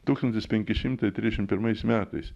tūkstantis penki šimtai trisdešim pirmais metais